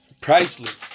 priceless